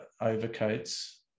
overcoats